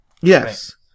Yes